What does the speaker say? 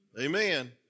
Amen